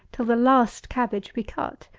till the last cabbage be cut.